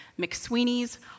McSweeney's